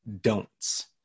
don'ts